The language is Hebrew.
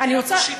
זו שיטה,